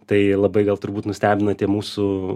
tai labai gal turbūt nustebina tie mūsų